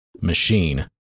machine